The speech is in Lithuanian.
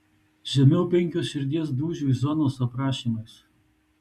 žemiau penkios širdies dūžių zonos su aprašymais